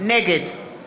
נגד